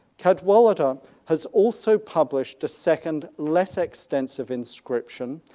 cadwallader has also published a second, less extensive inscription,